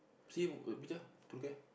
see the picture True Care